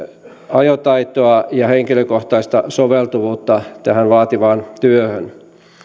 ajotaitoa ja henkilökohtaista soveltuvuutta tähän vaativaan työhön